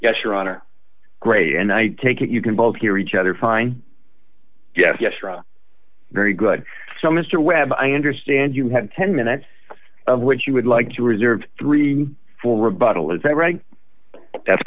yes your honor great and i take it you can both hear each other fine yes yes right very good so mr webb i understand you had ten minutes of which you would like to reserve three for rebuttal is that right that's